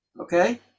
okay